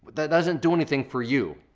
that doesn't do anything for you,